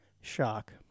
shock